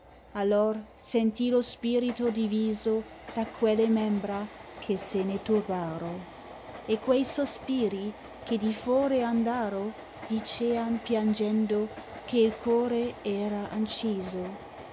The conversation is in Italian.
allor sentii lo spirito diviso da quelle membra che se ne turbaro e quei sospiri che di fore andaro dicean piangendo che u core era anciso